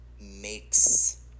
makes